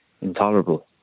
intolerable